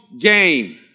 game